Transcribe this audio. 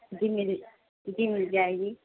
جی میری جی مل جائے گی